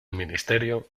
ministerio